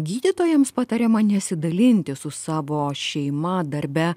gydytojams patariama nesidalinti su savo šeima darbe